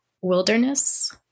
wilderness